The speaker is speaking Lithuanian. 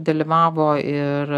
dalyvavo ir